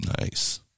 Nice